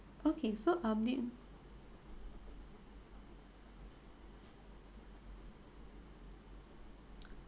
okay so um the